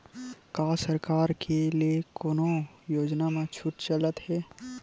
का सरकार के ले कोनो योजना म छुट चलत हे?